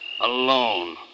Alone